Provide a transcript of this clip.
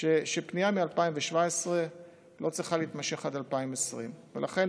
שפנייה מ-2017 לא צריכה להימשך עד 2020. לכן,